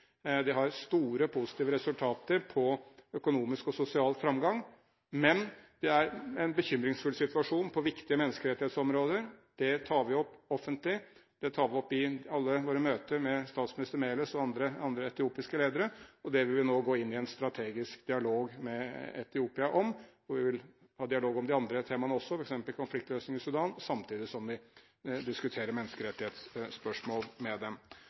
har store positive resultater når det gjelder økonomisk og sosial framgang, men det er en bekymringsfull situasjon på viktige menneskerettighetsområder. Det tar vi opp offentlig, det tar vi opp i alle våre møter med statsminister Meles og andre etiopiske ledere, og det vil vi nå gå inn i en strategisk dialog med Etiopia om. Vi vil ha dialog om de andre temaene også, f.eks. om konfliktløsning i Sudan, samtidig som vi diskuterer menneskerettighetsspørsmål med dem.